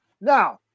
Now